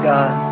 God